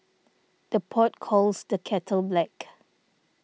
the pot calls the kettle black